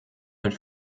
hat